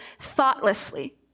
thoughtlessly